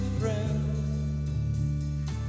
friend